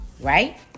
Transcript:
right